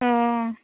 অঁ